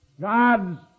God's